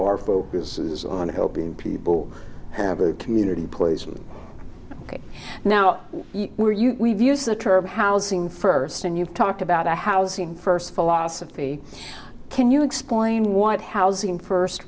our focus is on helping people have a community place now where you we've used the term housing first and you've talked about a housing first philosophy can you explain what housing first